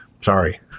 Sorry